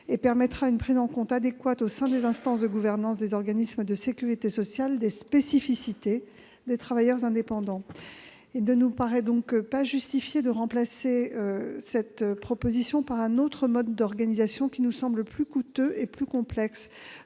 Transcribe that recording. et permettra une prise en compte adéquate au sein des instances de gouvernance des organismes de sécurité sociale des spécificités des travailleurs indépendants. Il ne nous paraît donc pas justifié de remplacer cette proposition par un autre mode d'organisation, qui nous semble plus coûteux et plus complexe.